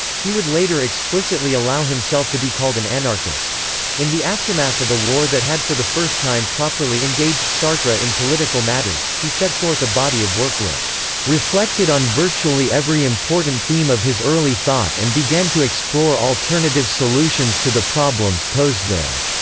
he would later explicitly allow himself to be called an anarchist in the aftermath of a war that had for the first time properly engaged sartre in political matters, he set forth a body of work which reflected on virtually every important theme of his early thought and began to explore alternative solutions to the problems posed there.